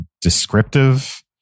descriptive